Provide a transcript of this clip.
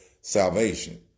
salvation